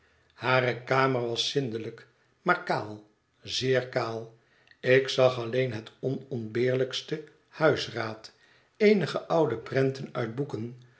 hare kamer was zindelijk maar kaal zeer kaal ik zag alleen het onontbeerlijkste huisraad eenige oude prenten uit boeken